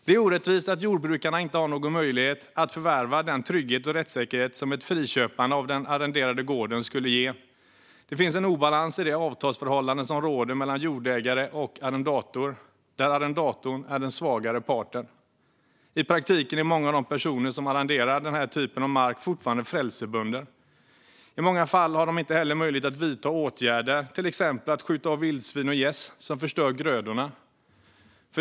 Det är orättvist att jordbrukarna inte har någon möjlighet att förvärva den trygghet och rättssäkerhet som ett friköpande av den arrenderade gården skulle ge. Det finns en obalans i det avtalsförhållande som råder mellan jordägare och arrendator, där arrendatorn är den svagare parten. I praktiken är många av de personer som arrenderar den typen av mark fortfarande frälsebönder. I många fall har de inte heller möjlighet att vidta åtgärder, till exempel att skjuta av vildsvin och gäss som förstör grödorna.